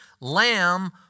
lamb